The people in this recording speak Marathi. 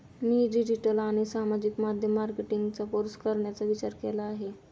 मी डिजिटल आणि सामाजिक माध्यम मार्केटिंगचा कोर्स करण्याचा विचार केला आहे